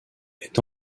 est